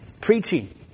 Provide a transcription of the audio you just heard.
Preaching